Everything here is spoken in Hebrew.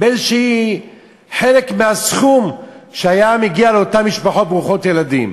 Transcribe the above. באיזשהו חלק מהסכום שהיה מגיע לאותן משפחות ברוכות ילדים.